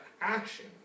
action